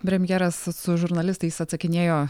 premjeras su žurnalistais atsakinėjo